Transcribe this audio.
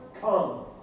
Come